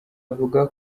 avuga